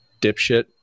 dipshit